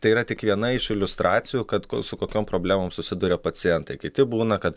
tai yra tik viena iš iliustracijų kad su kokiom problemom susiduria pacientai kiti būna kad